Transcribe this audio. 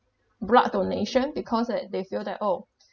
blood donation because they they feel that oh